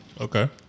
Okay